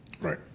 Right